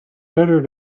better